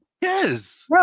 Yes